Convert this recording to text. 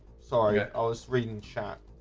sorry. i was reading chat